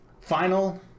Final